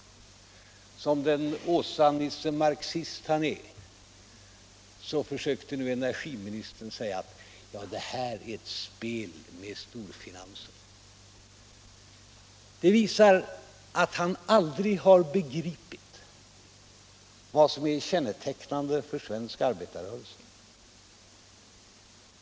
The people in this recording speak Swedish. Som den Åsa-Nisse-marxist han är försökte nu energiministern hävda att vi fört ett spel med storfinansen. Det visar att han aldrig har begripit vad som är kännetecknande för svensk arbetarrörelse.